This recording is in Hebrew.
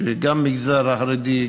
כך שגם המגזר החרדי,